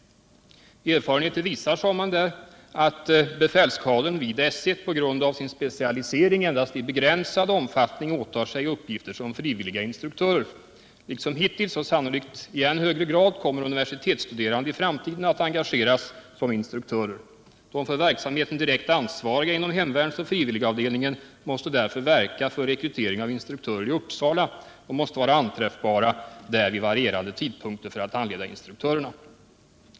Erfarenheten visar, sade man där, att befälskadern vid S 1 på grund av sin specialisering endast i begränsad omfattning åtar sig uppgifter som frivilliga instruktörer. Liksom hittills och sannolikt i än högre grad i framtiden kommer universitetsstuderande att engageras som instruktörer. De för verksamheten direkt ansvariga inom hemvärnsoch frivilligavdelningen måste därför verka för rekrytering av instruktörer i Uppsala och måste vara anträffbara där vid varierande tidpunkter för att handleda instruktörerna.